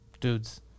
dudes